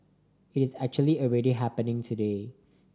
it's actually already happening today